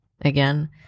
Again